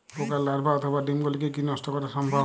পোকার লার্ভা অথবা ডিম গুলিকে কী নষ্ট করা সম্ভব?